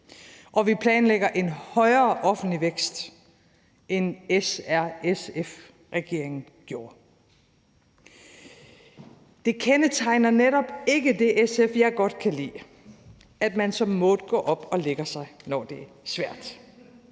og vi planlægger en højere offentlig vækst end SRSF-regeringen gjorde. Det kendetegner netop ikke det SF, jeg godt kan lide, at man som Maude går op og lægger sig, når det er svært,